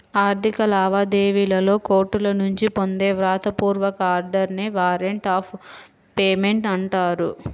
ఆర్థిక లావాదేవీలలో కోర్టుల నుంచి పొందే వ్రాత పూర్వక ఆర్డర్ నే వారెంట్ ఆఫ్ పేమెంట్ అంటారు